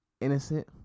innocent